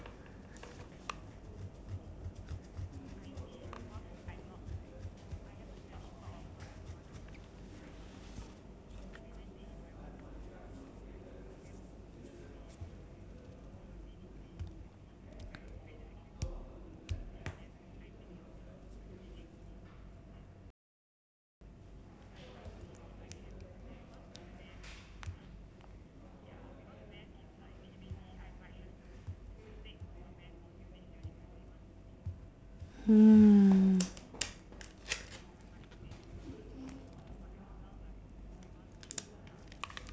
hmm